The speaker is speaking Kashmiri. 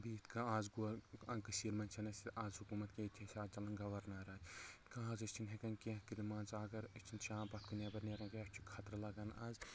بیٚیہِ یِتھ کٔنۍ آز گوٚو کٔشیٖر منٛز چھنہٕ اسہِ آز حکوٗمت کیٛنٚہہ ییٚتہِ چھِ اسہِ چَلن گورنَر راج خٲر أسۍ چھِنہٕ ہیکان کیٛنٚہہ کٔرتھ مان ژٕ اگر أسۍ چھِنہٕ شام پتھ کُن نٮ۪بر نیران کینٛہہ اسہِ چھ خطرٕ لگان آز